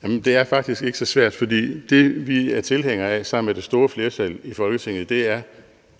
næstformand (Karen Ellemann): Ordføreren. Kl. 14:41 Henrik Dahl (LA): Det er